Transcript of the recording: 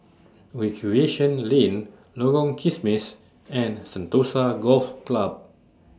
Recreation Lane Lorong Kismis and Sentosa Golf Club